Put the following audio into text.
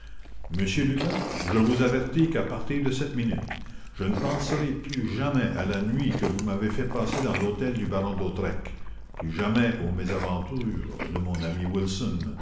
m lupin je vous avertis qu'à partir de cette minute je ne penserai plus jamais à la nuit que vous m'avez fait passer dans l'hôtel du baron d'hautois plus jamais aux mésaventures de mon ami wilson